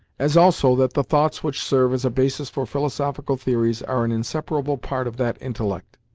as also that the thoughts which serve as a basis for philosophical theories are an inseparable part of that intellect,